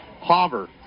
Hover